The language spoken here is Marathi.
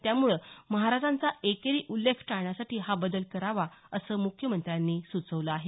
त्यामुळे महाराजांचा एकेरी उल्लेख टाळण्यासाठी हा बदल करावा असं मुख्यमंत्र्यांनी सुचवलं आहे